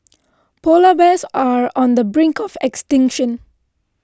Polar Bears are on the brink of extinction